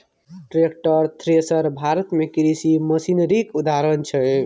tractor, thresher Bharat मे कृषि मशीनरीक उदाहरण छै